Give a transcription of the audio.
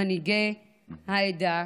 מנהיגי העדה,